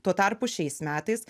tuo tarpu šiais metais